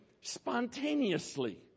spontaneously